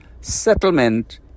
settlement